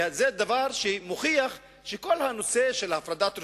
וזה דבר שמוכיח שכל הנושא של הפרדת רשויות,